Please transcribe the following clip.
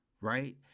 right